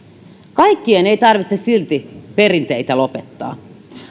kaikkien ei tarvitse silti perinteitä lopettaa